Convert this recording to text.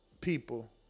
people